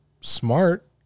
smart